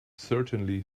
certainly